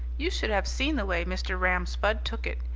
you should have seen the way mr. ram spudd took it.